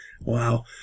Wow